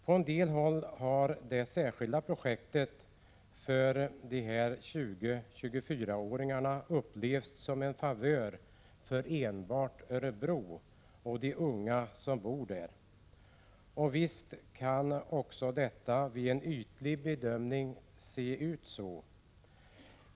På en del håll har det särskilda projektet för 20-24-åringar upplevts som en favör för enbart Örebro och de unga som bor där. Visst kan detta vid en ytlig bedömning se ut så.